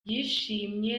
yishimye